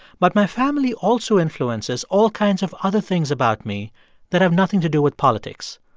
but my family also influences all kinds of other things about me that have nothing to do with politics.